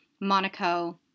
Monaco